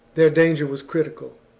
their danger was critical,